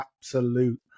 absolute